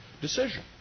decision